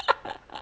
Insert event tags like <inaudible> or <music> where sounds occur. <laughs>